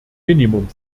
minimum